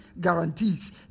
guarantees